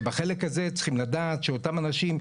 שבחלק הזה צריכים לדעת שאותם אנשים,